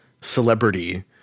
celebrity